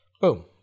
Boom